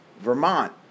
Vermont